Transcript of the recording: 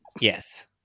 Yes